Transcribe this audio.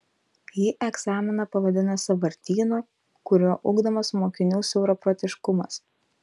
ji egzaminą pavadino sąvartynu kuriuo ugdomas mokinių siauraprotiškumas